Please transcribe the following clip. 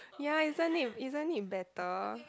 ya isn't it isn't it better